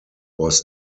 was